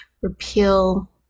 repeal